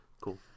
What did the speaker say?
Cool